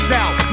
out